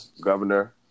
governor